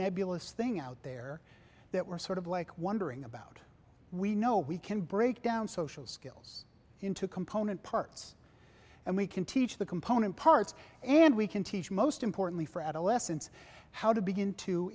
nebulous thing out there that we're sort of like wondering about we know we can break down social skills into component parts and we can teach the component parts and we can teach most importantly for adolescents how to begin to